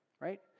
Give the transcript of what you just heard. right